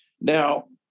Now